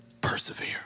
persevere